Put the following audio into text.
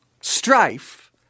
strife